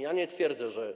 Ja nie przesądzam, czy oni